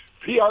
PR